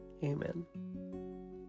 Amen